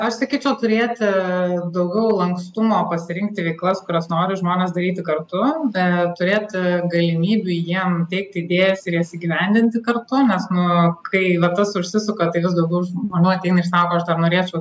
aš sakyčiau turėti daugiau lankstumo pasirinkti veiklas kurias nori žmonės daryti kartu bet turėti galimybių jiem teikti idėjas ir jas įgyvendinti kartu nes nu kai va tas užsisuka tai vis daugiau žmonių ateina ir sako aš dar norėčiau